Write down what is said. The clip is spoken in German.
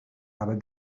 habe